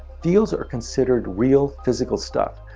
fields are considered real physical stuff.